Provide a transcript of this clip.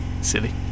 silly